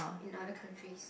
in other countries